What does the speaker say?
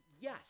Yes